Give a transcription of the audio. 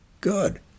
Good